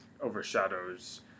overshadows